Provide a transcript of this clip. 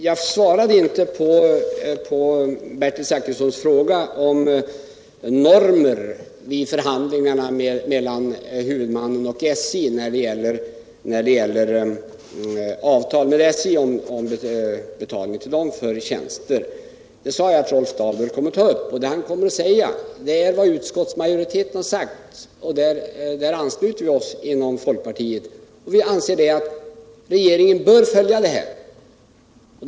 Jag svarade inte på Bertil Zachrissons fråga om normerna vid förhandlingar mellan huvudmannen och SJ om betalning till SJ för tjänster, eftersom jag sade att Rolf Dahlberg kommer att ta upp den frågan. Vad han kommer att säga är vad utskottsmajoriteten har ansett, och där ansluter vi oss inom folkpartiet, eftersom vi tycker att regeringen bör följa detta förslag.